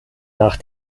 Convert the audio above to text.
nach